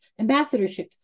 ambassadorships